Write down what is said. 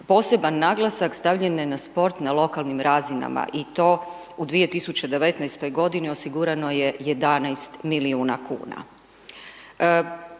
Poseban naglasak stavljen je na sport, na lokalnim razinama i to u 2019. g. osigurano je 11 milijuna kn.